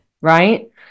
Right